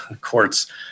courts